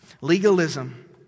Legalism